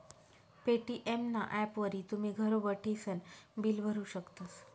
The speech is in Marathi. पे.टी.एम ना ॲपवरी तुमी घर बठीसन बिल भरू शकतस